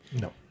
No